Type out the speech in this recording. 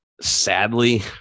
Sadly